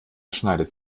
schneidet